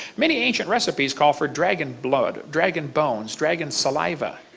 many ancient recipes call for dragon blood, dragon bones, dragon saliva,